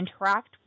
interact